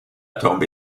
tombe